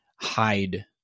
hide